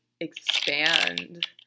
expand